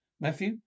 Matthew